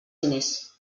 diners